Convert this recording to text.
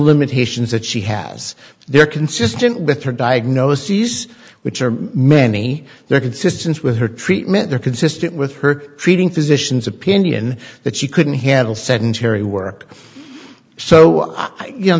limitations that she has they're consistent with her diagnoses which are many they're consistent with her treatment they're consistent with her treating physicians opinion that she couldn't handle sedentary work so you know